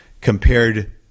compared